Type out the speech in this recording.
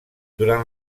durant